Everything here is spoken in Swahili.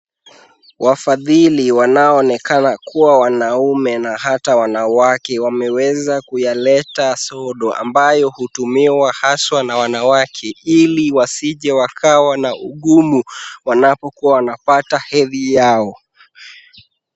Wafadhili wanaoonekana kuwa wanaume na hata wanawake, wameweza kuyaleta sodo ambayo hutumiwa haswa na wanawake, ili wasije wakawa na ugumu wanapokuwa wanapata hedhi yao.